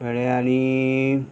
कळ्ळें आनी